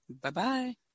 Bye-bye